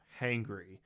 hangry